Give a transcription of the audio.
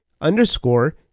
underscore